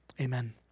Amen